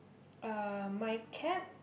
uh my cap